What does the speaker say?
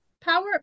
power